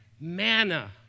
manna